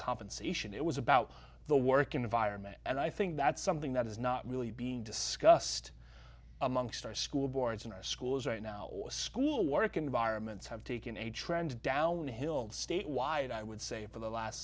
compensation it was about the work environment and i think that's something that is not really being discussed amongst our school boards in our schools right now or school work environments have taken a trend downhill statewide i would say for the last